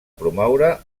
promoure